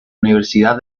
universidad